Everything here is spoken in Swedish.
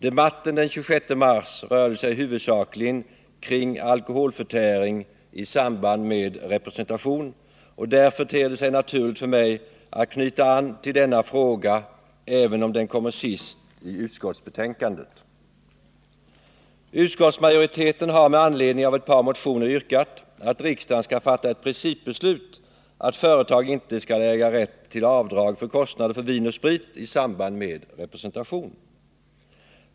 Debatten den 26 mars rörde sig huvudsakligen kring alkoholförtäring i samband med representation, och därför ter det sig naturligt för mig att knyta an till denna fråga även om den kommer sist i utskottsbetänkandet. Utskottsmajoriteten har med anledning av ett par motioner yrkat att riksdagen skall fatta ett principbeslut att företag inte skall äga rätt till avdrag för kostnader för vin och sprit i samband med representation.